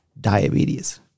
diabetes